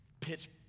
pitch